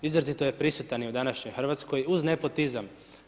Izrazito je prisutan i u današnjoj Hrvatskoj uz nepotizam.